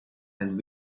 and